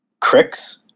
Cricks